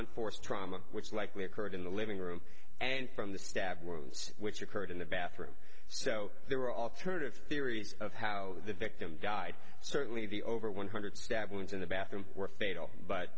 blunt force trauma which likely occurred in the living room and from the stab wounds which occurred in the bathroom so there are alternative theories of how the victim died certainly the over one hundred stab wounds in the bathroom were fatal but